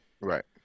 Right